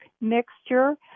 mixture